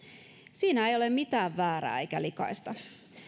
siinä ei ole mitään väärää eikä likaista